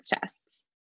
tests